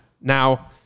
Now